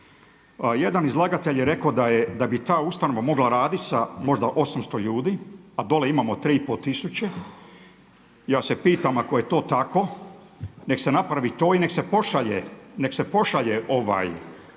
jedan izlagatelj je rekao da bi ta ustanova mogla radit sa možda 800 ljudi, a dole imamo 3 i pol tisuće. Ja se pitam ako je to tako nek' se napravi to i nek' se pošalje to